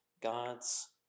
God's